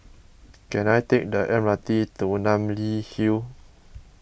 can I take the M R T to Namly Hill